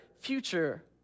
future